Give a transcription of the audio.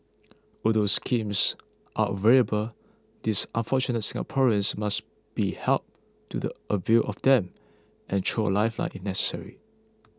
although schemes are available these unfortunate Singaporeans must be helped to the avail of them and thrown a lifeline if necessary